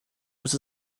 was